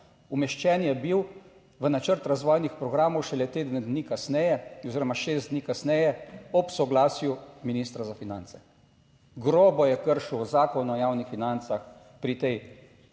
Umeščen je bil v načrt razvojnih programov šele teden dni kasneje oziroma šest dni kasneje ob soglasju ministra za finance. Grobo je kršil Zakon o javnih financah pri tej